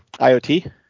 IoT